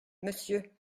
monsieur